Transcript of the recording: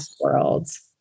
worlds